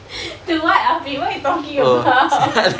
to what afiq what are you talking about